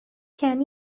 can